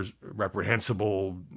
reprehensible